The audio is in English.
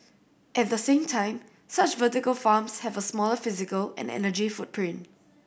at the same time such vertical farms have a smaller physical and energy footprint